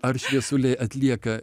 ar šviesuliai atlieka